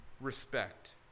respect